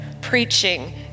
preaching